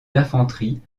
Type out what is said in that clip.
d’infanterie